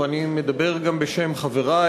ואני מדבר גם בשם חברי,